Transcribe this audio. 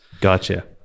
Gotcha